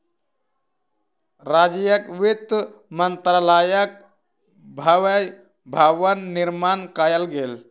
राज्यक वित्त मंत्रालयक भव्य भवन निर्माण कयल गेल